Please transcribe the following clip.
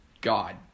God